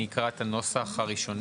אני אקרא את הנוסח הראשוני